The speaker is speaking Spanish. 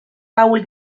baúl